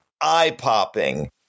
eye-popping